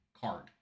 card